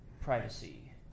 privacy